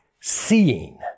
seeing